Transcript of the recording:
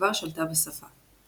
וכבר שלטה בשפה.